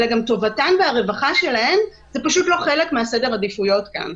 אלא גם טובתן והרווחה שלהן זה פשוט לא חלק מסדר העדיפויות כאן.